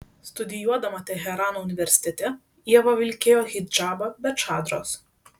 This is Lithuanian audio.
studijuodama teherano universitete ieva vilkėjo hidžabą be čadros